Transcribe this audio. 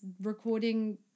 recording